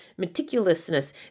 meticulousness